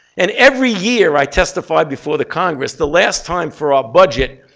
and every year i testified before the congress the last time for a budget,